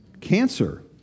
cancer